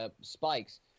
Spikes